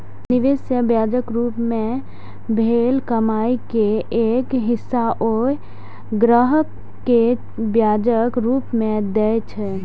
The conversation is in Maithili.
निवेश सं ब्याजक रूप मे भेल कमाइ के एक हिस्सा ओ ग्राहक कें ब्याजक रूप मे दए छै